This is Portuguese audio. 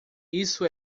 isso